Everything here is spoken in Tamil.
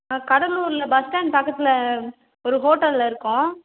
ஆ கடலூரில் பஸ் ஸ்டாண்ட் பக்கத்தில் ஒரு ஹோட்டலில் இருக்கோம்